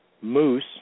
Moose